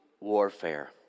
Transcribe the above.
warfare